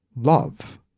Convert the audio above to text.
Love